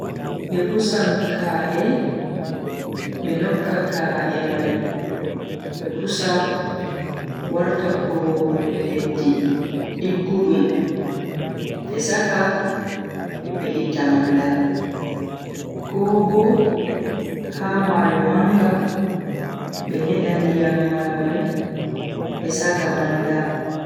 Be pusan kaa'e be nokka ka'e mai be pusa warta kurori leddi diggudum be saka be itta manda. ko Bo ha mayo manga be nyeda ndiyam mayo mai be saka manda.